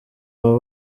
abo